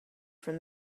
from